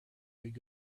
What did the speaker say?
could